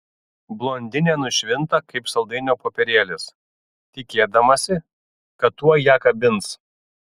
blondinė nušvinta kaip saldainio popierėlis tikėdamasi kad tuoj ją kabins